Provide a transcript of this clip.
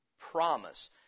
promise